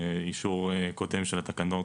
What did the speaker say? באישור קודם של התקנות.